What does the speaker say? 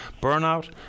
burnout